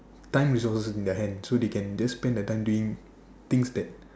time resource in their hand so they can just spend their time doing things that